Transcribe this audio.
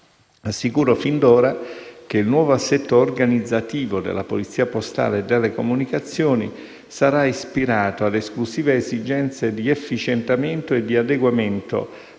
Assicuro fin d'ora che il nuovo assetto organizzativo della Polizia postale e delle comunicazioni sarà ispirato a esclusive esigenze di efficientamento e adeguamento